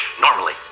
normally